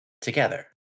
together